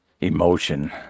emotion